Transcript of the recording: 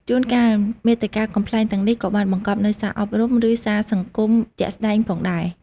ជួនកាល មាតិកាកំប្លែងទាំងនេះក៏បានបង្កប់នូវសារអប់រំ ឬសារសង្គមជាក់ស្តែងផងដែរ។